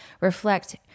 reflect